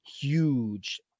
huge